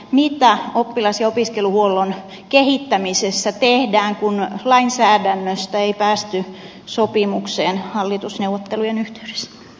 mitä oppilas ja opiskeluhuollon kehittämisessä tiheään kun lainsäädännöstä ei päästy sopimukseen hallitusneuvottelujen yhteys